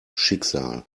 schicksal